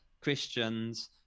christians